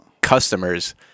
customers